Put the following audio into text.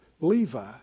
Levi